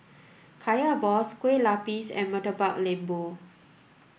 Kaya Balls Kueh Lapis and Murtabak Lembu